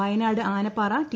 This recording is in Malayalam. വയനാട് ആനപ്പാറ ടി